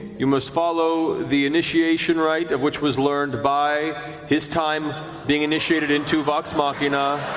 you must follow the initiation rite of which was learned by his time being initiated into vox machina.